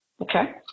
Okay